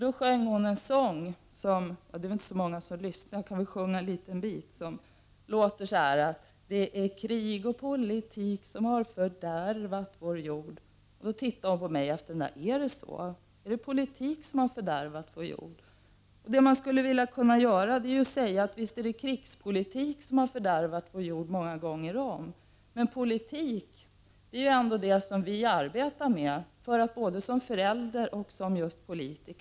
Då sjöng hon en sång som låter så här: ”Det är krig och politik som har fördärvat vår jord -—--”. Efter det att min dotter hade sjungit tittade hon på mig och sade: Är det så? Är det politik som har fördärvat vår jord? Visst är det krigspolitik som har fördärvat vår jord många gånger om, men politik är ändå det som vi arbetar med för att som politiker och som föräldrar kunna förändra vår jord och inte fördärva den. Herr talman! Jag kan verkligen instämma i mycket av det som Mona Sahlin tog upp. En sak som var väldigt positiv var när hon talade om att det borde vara en värdefull merit att ha småbarn. De erfarenheter som man gör som förälder är nog också oerhört värdefulla i arbetslivet. Där tror jag att vi kvinnor kanske har en mission att fylla, att föra ut den informationen särskilt starkt.